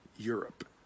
Europe